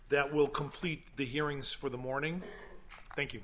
that will complete the hearings for the morning thank you